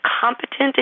competent